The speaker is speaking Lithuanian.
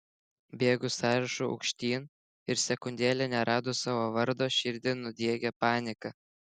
bėgu sąrašu aukštyn ir sekundėlę neradus savo vardo širdį nudiegia panika